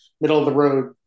middle-of-the-road